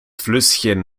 flüsschen